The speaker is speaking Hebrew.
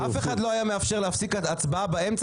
אף אחד לא היה מאפשר להפסיק הצבעה באמצע